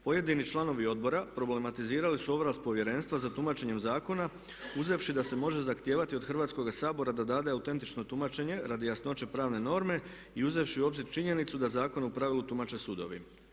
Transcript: Pojedini članovi Odbora problematizirali su ovlast Povjerenstva za tumačenjem zakon uzevši da se može zahtijevati od Hrvatskoga sabora da dade autentično tumačenje radi jasnoće pravne norme i uzevši u obzir činjenicu da zakon u pravilu tumače sudovi.